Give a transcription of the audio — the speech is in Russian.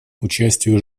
участию